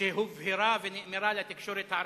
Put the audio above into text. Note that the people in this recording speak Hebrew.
שהובהרה ונאמרה לתקשורת הערבית,